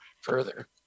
further